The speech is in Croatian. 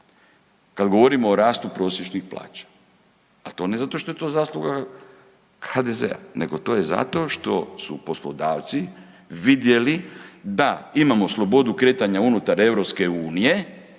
kada govorimo o rastu prosječnih plaća, ali to ne zato što je to zasluga HDZ-a nego to je zato što su poslodavci vidjeli da imamo slobodu kretanja unutar EU